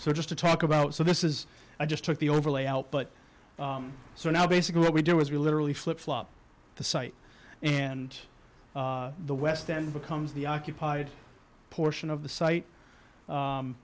so just to talk about so this is i just took the overlay out but so now basically what we do is really flip flop the site and the west then becomes the occupied portion of the site